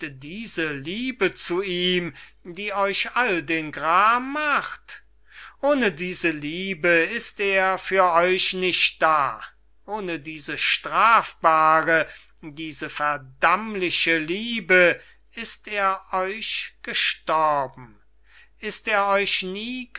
diese liebe zu ihm die euch all den gram macht ohne diese liebe ist er für euch nicht da ohne diese strafbare diese verdammliche liebe ist er euch gestorben ist er euch nie